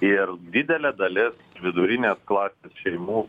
ir didelė dalis vidurinės klasės šeimų